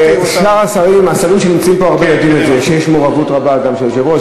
שאר השרים שנמצאים פה יודעים שיש מעורבות רבה גם של היושב-ראש.